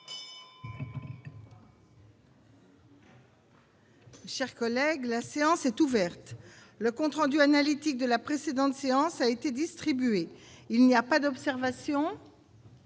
La séance est ouverte. Le compte rendu analytique de la précédente séance a été distribué. Il n'y a pas d'observation ?